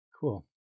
Cool